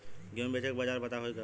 गेहूँ बेचे के बाजार पता होई?